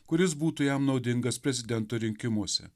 kuris būtų jam naudingas prezidento rinkimuose